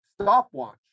stopwatch